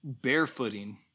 barefooting